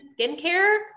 skincare